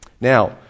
Now